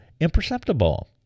imperceptible